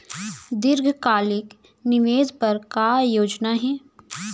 दीर्घकालिक निवेश बर का योजना हे?